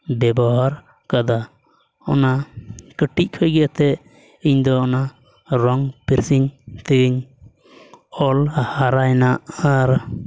ᱵᱮᱵᱚᱦᱟᱨ ᱠᱟᱫᱟ ᱚᱱᱟ ᱠᱟᱹᱴᱤᱡ ᱠᱷᱚᱱ ᱜᱮ ᱮᱱᱛᱮᱫ ᱤᱧᱫᱚ ᱚᱱᱟ ᱨᱚᱝ ᱯᱮᱱᱥᱤᱞ ᱛᱤᱧ ᱚᱞ ᱦᱟᱨᱟᱭᱮᱱᱟ ᱟᱨ